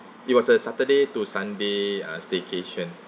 it was a saturday to sunday uh staycation